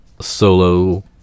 solo